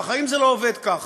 בחיים זה לא עובד כך,